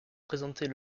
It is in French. présentées